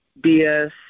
BS